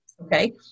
Okay